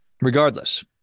Regardless